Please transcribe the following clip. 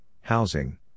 housing